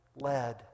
led